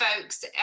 folks